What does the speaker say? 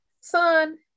son